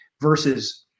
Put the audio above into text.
versus